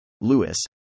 Lewis